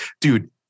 Dude